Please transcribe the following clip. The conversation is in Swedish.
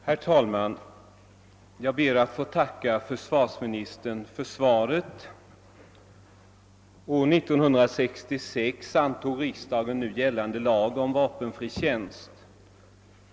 Herr talman! Jag ber att få tacka för svarsministern för svaret. År 1966 antog riksdagen nu gällande lag om vapenfri tjänst.